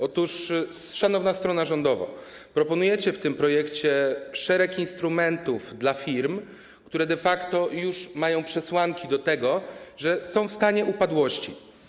Otóż szanowna strono rządowa, proponujecie w tym projekcie szereg instrumentów dla firm, które de facto już mają przesłanki tego, że są w stanie upadłości.